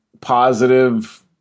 positive